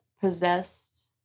possessed